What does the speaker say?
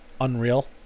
unreal